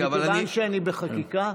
מכיוון שאני בחקיקה,